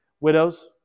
widows